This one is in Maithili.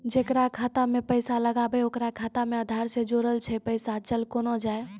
जेकरा खाता मैं पैसा लगेबे ओकर खाता मे आधार ने जोड़लऽ छै पैसा चल कोना जाए?